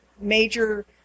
major